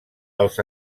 els